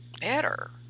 better